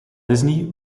disney